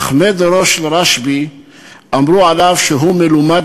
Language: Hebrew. חכמי דורו של רשב"י אמרו עליו שהוא מלומד